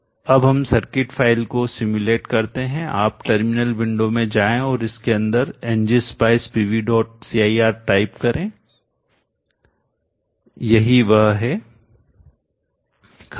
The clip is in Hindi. अब हम सर्किट फाइल को सिम्युलेट करते हैं आप टर्मिनल विंडो में जाएं और इसके अंदर ng spice pvcir टाइप करें यही वह है खत्म